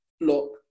look